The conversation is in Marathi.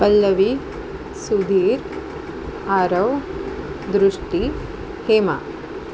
पल्लवी सुधीर आरव दृष्टी हेमा